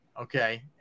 okay